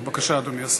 בבקשה, אדוני השר.